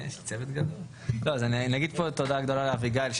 אני אגיד פה תודה גדולה לאביגיל,